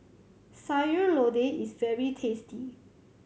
Sayur Lodeh is very tasty